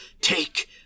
Take